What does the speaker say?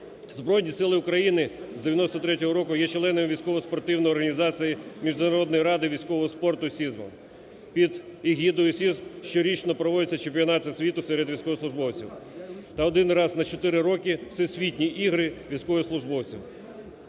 Збройні сили України з 1993 року є членами військово-спортивної організації Міжнародної ради військового спорту СІЗМ. Під егідою СІЗМ щорічно проводяться чемпіонати світу серед військовослужбовців та один раз на чотири роки всесвітні ігри військовослужбовців.